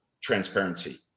transparency